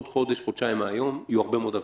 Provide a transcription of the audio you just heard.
עוד חודש-חודשיים מהיום יהיו הרבה מאוד עבירות,